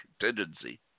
contingency